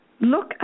Look